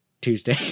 Tuesday